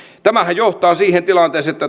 tämähän johtaa siihen tilanteeseen että